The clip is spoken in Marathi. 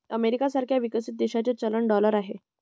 अमेरिका सारख्या विकसित देशाचे चलन डॉलर आहे